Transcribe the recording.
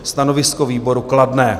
Stanovisko výboru: kladné.